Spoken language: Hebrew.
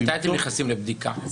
מתי אתם נכנסים לבדיקה?